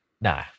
no